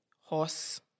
horse